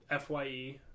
FYE